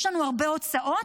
יש לנו הרבה הוצאות,